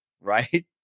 right